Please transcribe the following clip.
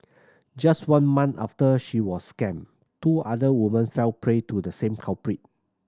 just one month after she was scammed two other women fell prey to the same culprit